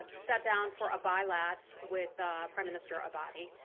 ah sat down for a bilat with prime minister abadi,